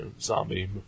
zombie